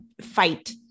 fight